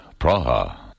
Praha